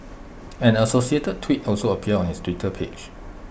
an associated tweet also appeared on his Twitter page